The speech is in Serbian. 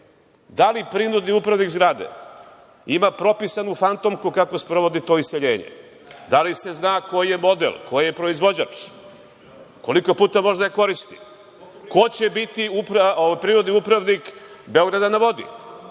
da li prinudni upravnik zgrade ima propisanu fantomku kako sprovodi to iseljenje? Da li se zna koji je model, koji je proizvođač? Koliko puta može da je koristi? Ko će biti prinudni upravnik „Beograda na vodi“?